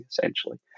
essentially